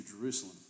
Jerusalem